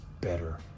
better